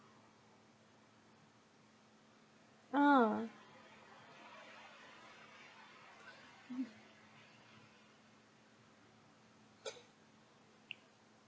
uh mm